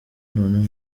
noneho